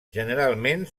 generalment